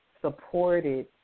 supported